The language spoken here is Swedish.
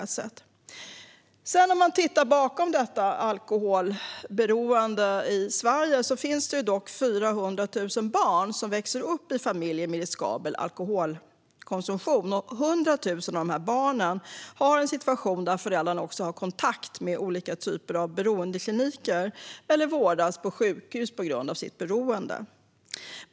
När man tittar på alkoholberoende i Sverige kan man se att 400 000 barn växer upp i familjer med riskabel alkoholkonsumtion. 100 000 av de barnens föräldrar är i kontakt med olika beroendekliniker eller vårdas på sjukhus på grund av sitt beroende.